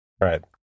Right